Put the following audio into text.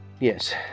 Yes